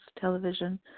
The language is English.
television